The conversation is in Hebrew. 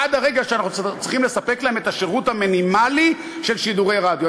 עד הרגע שאנחנו צריכים לספק להם את השירות המינימלי של שידורי רדיו,